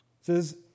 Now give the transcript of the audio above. says